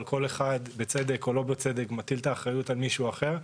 אבל כל אחד בצדק או שלא בצדק מטיל את האחריות על מישהו אחר.